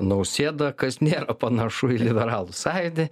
nausėdą kas nėra panašu į liberalų sąjūdį